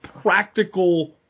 practical